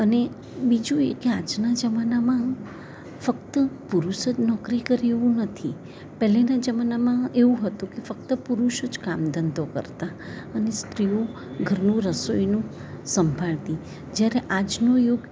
અને બીજું એ કે આજના જમાનામાં ફક્ત પુરુષો જ નોકરી કરે એવું નથી પહેલાંના જમાનામાં એવું હતું કે ફક્ત પુરુષો જ કામ ધંધો કરતા અને સ્ત્રીઓ ઘરનું રસોઈનું સંભાળતી જ્યારે આજનો યુગ